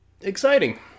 Exciting